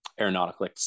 aeronautical